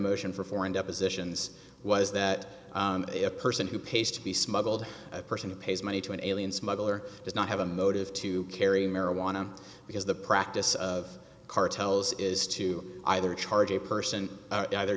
motion for foreign depositions was that a person who pays to be smuggled a person who pays money to an alien smuggler does not have a motive to carry marijuana because the practice of cartels is to either charge a person either